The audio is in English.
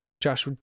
josh